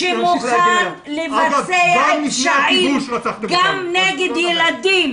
שמוכן לבצע פשעים גם נגד ילדים.